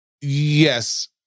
Yes